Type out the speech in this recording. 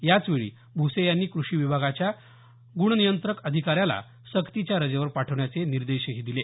याचवेळी भुसे यांनी कृषी विभागाच्या गुणनियंत्रण अधिकाऱ्याला सक्तीच्या रजेवर पाठवण्याचे निर्देश दिले